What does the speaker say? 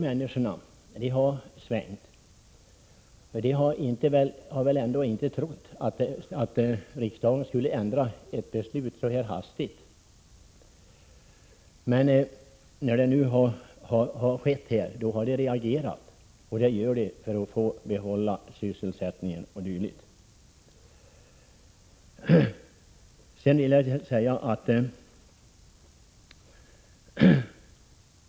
Människorna har svängt, för de har väl inte trott att riksdagen skulle ändra ett beslut så hastigt. När det nu har skett, har de reagerat för att få behålla sysselsättningen.